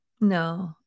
No